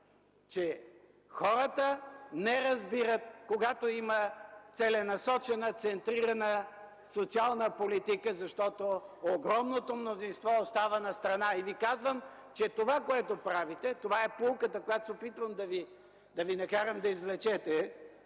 че хората не разбират, когато има целенасочена центрирана социална политика, защото огромното мнозинство остава настрана. И Ви казвам – това е поуката, която се опитвам да Ви накарам да извлечете,